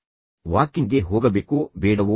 ಬೆಳಗಿನ ವಾಕಿಂಗ್ಗೆ ಹೋಗಬೇಕೋ ಬೇಡವೋ